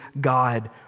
God